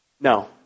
No